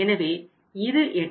எனவே இது 8